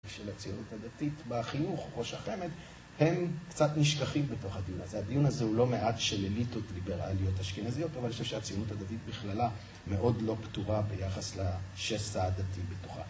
של הציונות הדתית בחינוך, ראש החמ"ד, הם קצת נשכחים בתוך הדיון הזה. הדיון הזה הוא לא מעט של אליטות ליברליות אשכנזיות אבל אני חושב שהציונות הדתית בכללה מאוד לא פתורה ביחס לשסע העדתי בתוכה